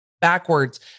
backwards